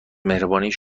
مهربانی